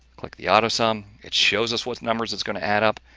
click the autosum, it shows us what numbers it's going to add up,